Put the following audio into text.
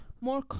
more